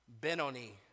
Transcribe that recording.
Benoni